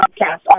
podcast